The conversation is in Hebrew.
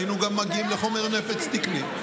היינו מגיעים גם לחומר נפץ תקני.